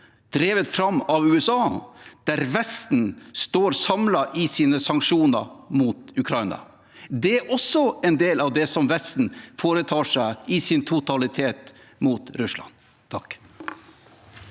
drevet fram av USA, der Vesten står samlet i sine sanksjoner mot Ukraina. Det er også en del av det totale som Vesten foretar seg mot Russland. Ine